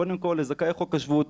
קודם כל לזכאי חוק השבות,